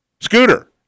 Scooter